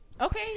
okay